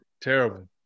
Terrible